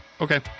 Okay